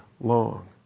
long